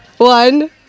One